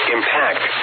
Impact